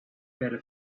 better